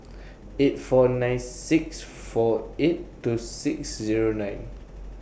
eight four nine six four eight two six Zero nine